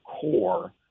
core